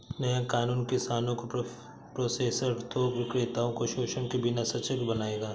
नया कानून किसानों को प्रोसेसर थोक विक्रेताओं को शोषण के बिना सशक्त बनाएगा